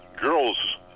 girls